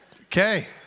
Okay